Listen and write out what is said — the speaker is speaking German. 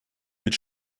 mit